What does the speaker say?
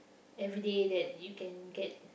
every day that you can get